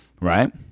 Right